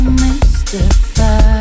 mystified